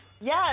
Yes